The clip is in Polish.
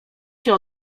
się